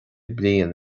bliain